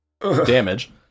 damage